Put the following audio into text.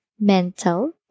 mental